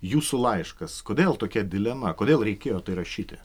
jūsų laiškas kodėl tokia dilema kodėl reikėjo tai rašyti